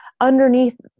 underneath